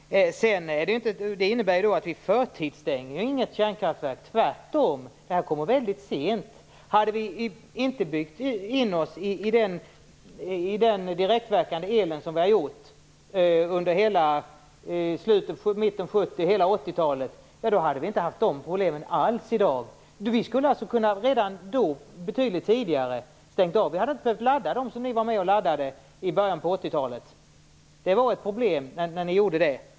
Det innebär att vi inte förtidsstänger något kärnkraftverk. Tvärtom kommer det här väldigt sent. Om vi inte hade byggt in oss i direktverkande el, som vi har gjort under hela 80-talet, skulle vi inte alls ha haft de här problemen i dag. Vi skulle alltså ha kunnat stänga av betydligt tidigare. Vi hade inte behövt ladda dem som ni var med och laddade i början av 80-talet. Det var ett problem att ni gjorde det.